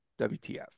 WTF